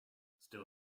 still